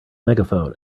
megaphone